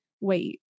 wait